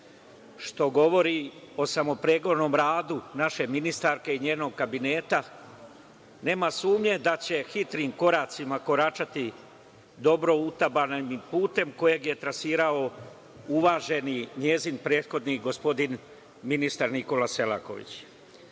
što govori o samopregornom radu naše ministarke i njenom kabinetu, nema sumnje da će hitrim koracima koračati dobro utabanim putem koji je trasirao uvaženi njen prethodnik, gospodin ministar Nikola Selaković. Poštovane